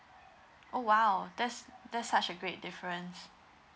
oh !wow! that's that's such a great difference